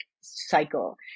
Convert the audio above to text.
cycle